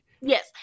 Yes